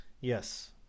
Yes